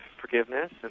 forgiveness